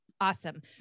Awesome